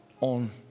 on